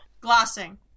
Glossing